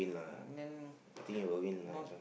um then not